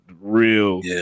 real